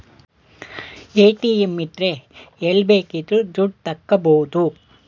ATM ಇದ್ರೆ ಎಲ್ಲ್ ಬೇಕಿದ್ರು ದುಡ್ಡ ತಕ್ಕಬೋದು